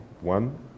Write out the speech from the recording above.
one